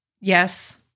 Yes